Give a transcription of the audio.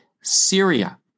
Syria